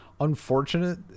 Unfortunate